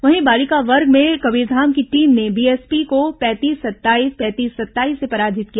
वहीं बालिका वर्ग में कबीरधाम की टीम ने बीएसपी को पैंतीस सत्ताईस पैंतीस सत्ताईस से पराजित किया